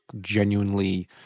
genuinely